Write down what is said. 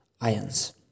ions